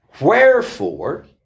Wherefore